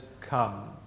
come